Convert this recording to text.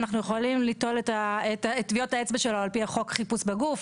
אנחנו יכולים ליטול את טביעות האצבע שלו על פי חוק חיפוש בגוף,